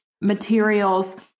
materials